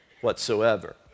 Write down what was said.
whatsoever